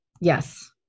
yes